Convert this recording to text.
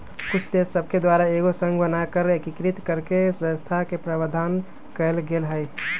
कुछ देश सभके द्वारा एगो संघ के बना कऽ एकीकृत कऽकेँ व्यवस्था के प्रावधान कएल गेल हइ